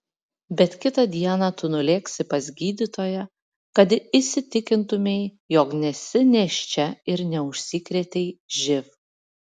bet kitą dieną tu nulėksi pas gydytoją kad įsitikintumei jog nesi nėščia ir neužsikrėtei živ